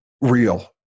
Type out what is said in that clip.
real